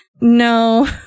No